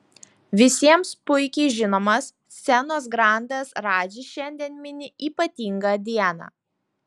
visiems puikiai žinomas scenos grandas radži šiandien mini ypatingą dieną